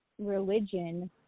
religion